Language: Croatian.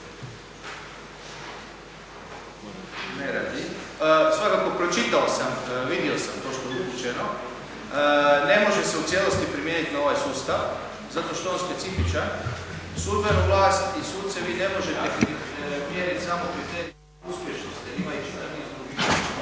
Orsat** Svakako pročitao sam, vidio sam to što je rečeno. Ne može se u cijelosti primijeniti na ovaj sustav zato što je on specifičan. Sudbenu vlast i suce vi ne možete mjeriti samo kriterijima uspješnosti nego i …/Govorniku